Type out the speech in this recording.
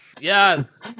yes